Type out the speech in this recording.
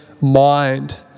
mind